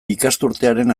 ikasturtearen